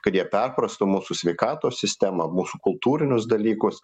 kad jie perprastų mūsų sveikatos sistemą mūsų kultūrinius dalykus